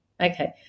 Okay